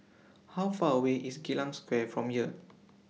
How Far away IS Geylang Square from here